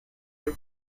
dijo